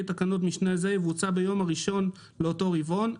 תקנת משנה זו יבוצע ביום הראשון לאותו רבעון,